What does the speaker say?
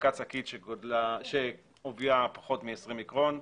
אספקת שקית שעובייה פחות מ-20 מיקרון,